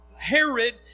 Herod